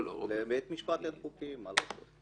לבית משפט אין חוקים, מה לעשות?